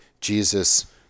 Jesus